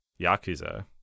Yakuza